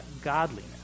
godliness